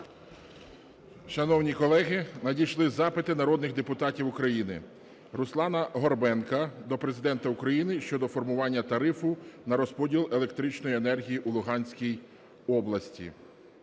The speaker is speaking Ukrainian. Шановні колеги, надійшли запити народних депутатів України: Руслана Горбенка до Президента України щодо формування тарифу на розподіл електричної енергії у Луганській області.